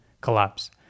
collapse